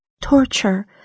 torture